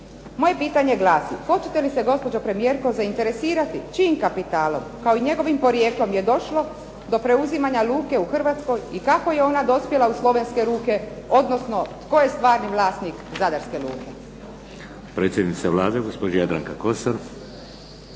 Moje pitanje glasi, hoćete li se gospođo premijerko zainteresirati čijim kapitalom, kao i njegovim porijeklom je došlo do preuzimanja "Luke" u Hrvatskoj i kako je ona dospjela u slovenske ruke, odnosno tko je stvarni vlasnik Zadarske "Luke"?